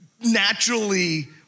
naturally